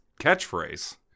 catchphrase